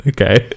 Okay